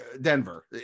Denver